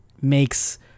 makes